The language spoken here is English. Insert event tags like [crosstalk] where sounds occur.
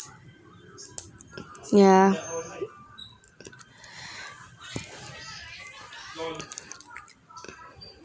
yeah [breath]